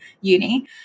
uni